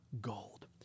gold